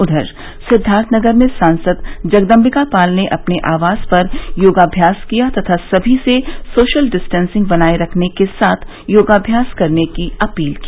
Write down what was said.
उधर सिद्वार्थनगर में सांसद जगदम्बिकापाल ने अपने आवास पर योगाभ्यास किया तथा सभी से सोशल डिस्टेंसिंग बनाये रखने के साथ योगाभ्यास करने की अपील की